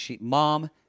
Mom